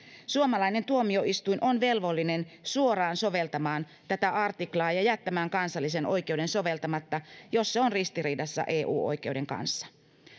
suomalainen tuomioistuin on velvollinen suoraan soveltamaan tätä artiklaa ja jättämään kansallisen oikeuden soveltamatta jos se on ristiriidassa eu oikeuden kanssa